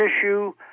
issue